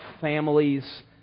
families